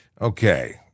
Okay